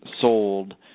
sold